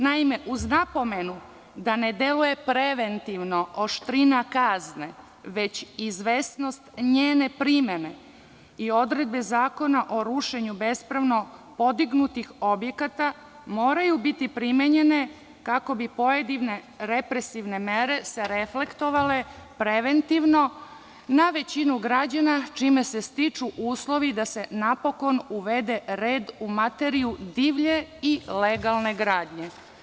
Naime, uz napomenu da ne deluje preventivno oštrina kazne već izvesnost njene primene i odredbe Zakona o rušenju bespravno podignutih objekata moraju biti primenjene kako bi pojedine represivne mere se reflektovale preventivno na većinu građana čime se stiču uslovi da se napokon uvede red u materiju divlje i legalne gradnje.